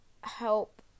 help